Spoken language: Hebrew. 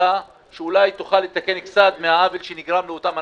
שאולי תוכל לתקן קצת את העוול שנגרם לאותם אנשים,